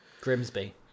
Grimsby